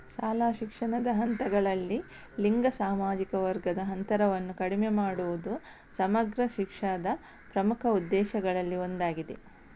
ಶಾಲಾ ಶಿಕ್ಷಣದ ಹಂತಗಳಲ್ಲಿ ಲಿಂಗ ಸಾಮಾಜಿಕ ವರ್ಗದ ಅಂತರವನ್ನು ಕಡಿಮೆ ಮಾಡುವುದು ಸಮಗ್ರ ಶಿಕ್ಷಾದ ಪ್ರಮುಖ ಉದ್ದೇಶಗಳಲ್ಲಿ ಒಂದಾಗಿದೆ